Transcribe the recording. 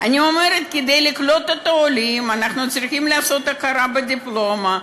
אני אומרת שכדי לקלוט את העולים אנחנו צריכים להכיר בדיפלומה.